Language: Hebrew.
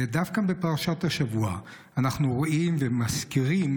דווקא בפרשת השבוע אנחנו רואים ומזכירים